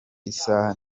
isaha